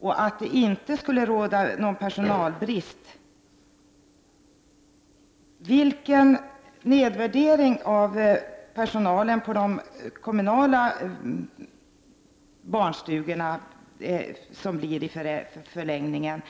och att det inte skulle råda någon personalbrist. Vilken nedvärdering av personalen på de kommunala barnstugorna blir det i förlängningen?